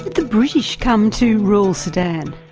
the british come to rule sudan?